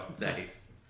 Nice